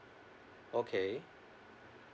okay